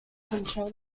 control